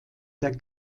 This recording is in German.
der